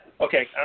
Okay